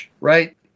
right